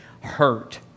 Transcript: hurt